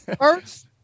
First